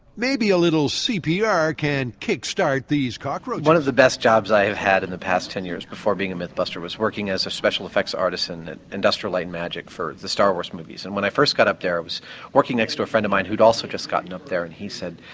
maybe a little cpr can kick-start these cockroaches. one of the best jobs i've had in the past ten years before being a mythbuster was working as a special effects artist in industrial light and magic for the star wars movies. and when i first got up there i was working next to a friend of mine who'd also just gotten up there and he said,